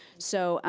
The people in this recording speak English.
so,